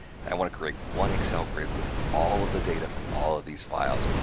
i want to create one excel grid with all of the data from all of these files.